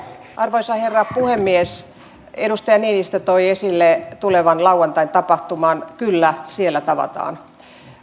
arvoisa herra puhemies edustaja niinistö toi esille tulevan lauantain tapahtuman kyllä siellä tavataan